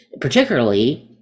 particularly